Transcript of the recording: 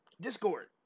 Discord